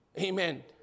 Amen